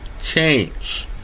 change